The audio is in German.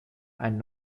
einen